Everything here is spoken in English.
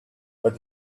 but